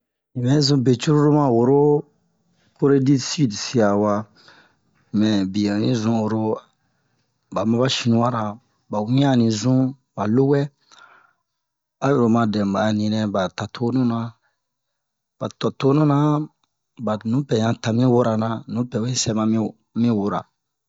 Un bɛ zun be cururu ma woro kore-di-sid sia wa mɛ biyɛ un onni zun oro ba ma ba shiniwara ba wian a ni zun ba lowɛ a'o yi ro oma dɛmu ba'a ni nɛ ba ta tonu na ba ta tonu na ba nupɛ yan tamia wara na nupɛ we sɛ ma mi mi wura